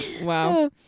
Wow